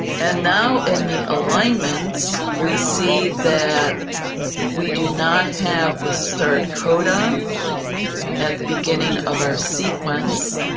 and now in the alignments we see that we do not have the start codon at the beginning of our sequence,